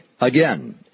Again